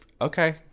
okay